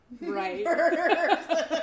right